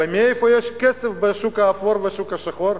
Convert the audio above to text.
ומאיפה יש כסף בשוק האפור ובשוק השחור?